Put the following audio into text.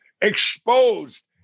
exposed